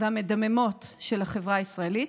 והמדממות של החברה הישראלית,